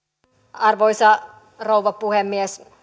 arvoisa rouva puhemies